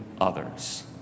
others